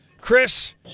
Chris